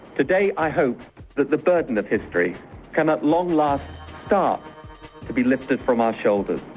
today i hope that the burden of history can at long last start to be lifted from our shoulders.